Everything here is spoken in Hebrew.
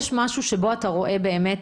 יש משהו שבו אתה רואה באמת